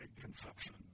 conception